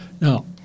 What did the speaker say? Now